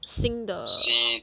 sync the